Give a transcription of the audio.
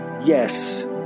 Yes